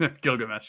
Gilgamesh